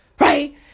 Right